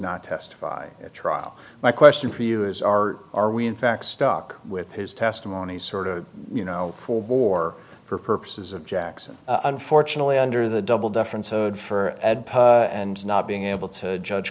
not testify at trial my question to you is are are we in fact stuck with his testimony sort of you know for war for purposes of jackson unfortunately under the double deference owed for ed and not being able to judge